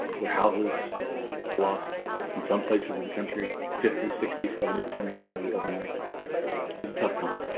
their houses lost in some places in the country fifty sixty seventy percent of their value overnight was a tough time